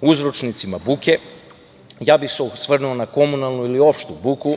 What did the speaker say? uzročnicima buke, ja bih se osvrnuo na komunalnu ili opštu buku,